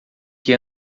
que